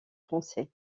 français